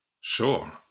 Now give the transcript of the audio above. sure